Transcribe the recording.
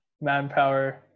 manpower